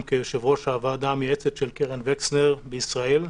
כיושב-ראש הוועדה המייעצת של קרן וקסנר בישראל,